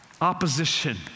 opposition